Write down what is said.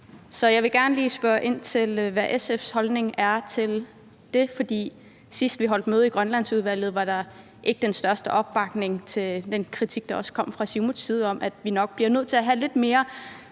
Så jeg vil gerne lige spørge ind til, hvad SF's holdning er til det. For sidst vi holdt møde i Grønlandsudvalget, var der ikke den største opbakning til den kritik, der også kom fra Siumuts side, om, at vi nok bliver nødt til at have lidt mere